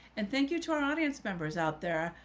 and thank you to our audience members out there.